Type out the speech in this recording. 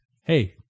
Hey